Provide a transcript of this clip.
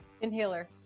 Inhaler